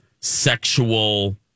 sexual